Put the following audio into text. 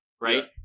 right